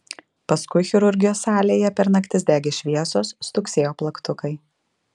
paskui chirurgijos salėje per naktis degė šviesos stuksėjo plaktukai